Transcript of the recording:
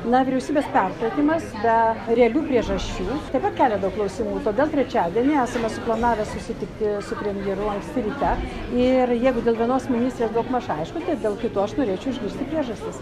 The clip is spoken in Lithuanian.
na vyriausybės pertvarkymas be realių priežasčių taip pat kelia daug klausimų todėl trečiadienį esame suplanavę susitikti su premjeru anksti ryte ir jeigu dėl vienos ministrės daugmaž aišku tai dėl kitų aš norėčiau išgirsti priežastis